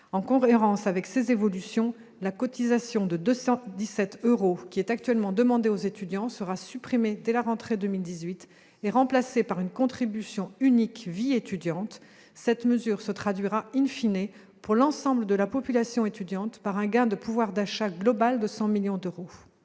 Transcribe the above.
En cohérence avec ces évolutions, la cotisation de 217 euros qui est actuellement demandée aux étudiants sera supprimée dès la rentrée 2018 et remplacée par une contribution unique « vie étudiante ». Cette mesure se traduira,, pour l'ensemble de la population étudiante, par un gain de pouvoir d'achat global de 100 millions d'euros.